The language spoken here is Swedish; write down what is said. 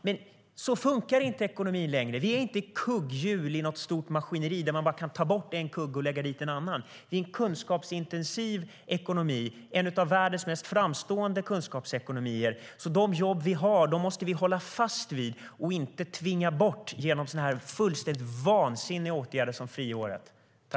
Men så funkar inte ekonomin längre. Det handlar inte om ett kugghjul i ett stort maskineri där man bara kan ta bort en kugge och sätta dit en annan. Vi har en av världens mest framstående kunskapsintensiva ekonomier. Vi måste hålla fast vid de jobb som vi har och inte tvinga bort några genom en sådan fullständigt vansinnig åtgärd som friåret.